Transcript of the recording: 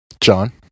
John